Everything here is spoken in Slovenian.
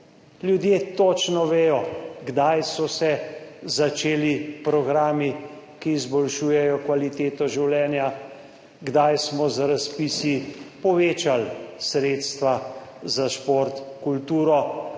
Ljudje točno vedo, kdaj so se začeli programi, ki izboljšujejo kvaliteto življenja, kdaj smo z razpisi povečali sredstva za šport, kulturo,